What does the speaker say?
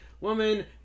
woman